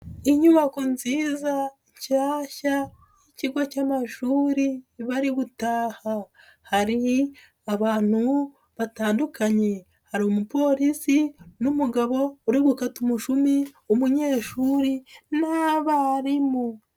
Inyubako nziza nshyashya ikigo cy'amashuri bari gutaha hari abantu, batandukanye hari umuporisi n'umugabo uri gukata umushumi umunyeshuri n' abarimu.